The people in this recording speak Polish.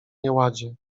nieładzie